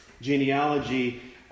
genealogy